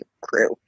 Crew